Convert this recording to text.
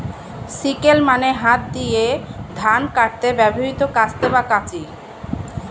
sickle মানে হাত দিয়ে ধান কাটতে ব্যবহৃত কাস্তে বা কাঁচি